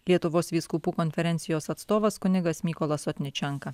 lietuvos vyskupų konferencijos atstovas kunigas mykolas sotničenka